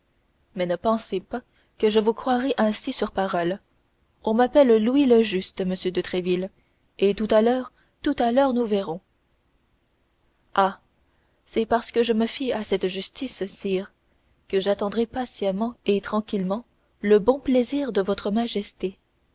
mais ne pensez pas que je vous croirai ainsi sur parole on m'appelle louis le juste monsieur de tréville et tout à l'heure tout à l'heure nous verrons ah c'est parce que je me fie à cette justice sire que j'attendrai patiemment et tranquillement le bon plaisir de votre majesté